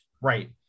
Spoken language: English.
Right